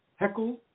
Heckel